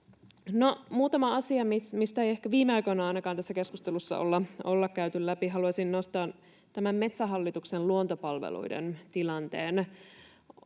muutama asia, mitä ei ehkä, ainakaan viime aikoina, tässä keskustelussa olla käyty läpi. Haluaisin nostaa tämän Metsähallituksen luontopalveluiden tilanteen.